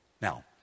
Now